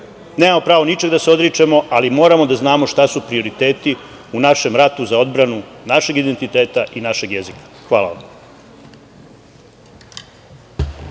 Nemamo pravo ničeg da se odričemo, ali moramo da znamo šta su prioriteti u našem ratu za odbranu našeg identiteta i našeg jezika. Hvala vam.